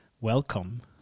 welcome